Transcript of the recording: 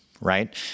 Right